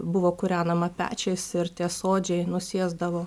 buvo kūrenama pečiais ir tie suodžiai nusėsdavo